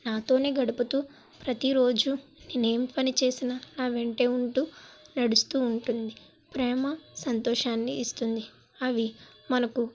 నాతోనే గడుపుతూ ప్రతిరోజు నేనేం పని చేసిన నా వెంటే ఉంటూ నడుస్తూ ఉంటుంది ప్రేమ సంతోషాన్ని ఇస్తుంది అవి మనకు